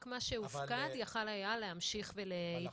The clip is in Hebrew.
רק מה שהופקד יכול היה להמשיך להתקדם.